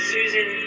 Susan